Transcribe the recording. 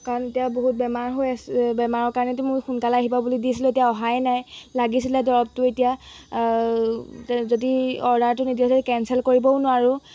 কাৰণ এতিয়া বহুত বেমাৰ হৈ আছে বেমাৰৰ কাৰণেতো মোৰ সোনকালে আহিব বুলি দিছিলোঁ এতিয়া অহাই নাই লাগিছিলে দৰৱটো এতিয়া যদি অৰ্ডাৰটো নিদিয়ে তেতিয়া কেনচেল কৰিবও নোৱাৰোঁ